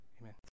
Amen